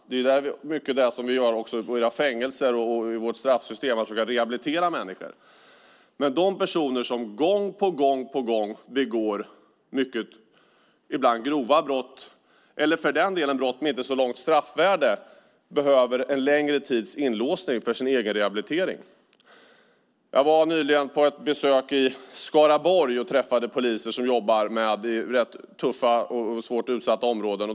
Det är mycket därför vi på våra fängelser och i vårt straffsystem rehabiliterar människor. Men de personer som gång på gång begår ibland mycket grova brott, för den delen brott som inte har så högt straffvärde, behöver en längre tids inlåsning för sin rehabilitering. Jag var nyligen på ett besök i Skaraborg och träffade poliser som jobbar i tuffa och svårt utsatta områden.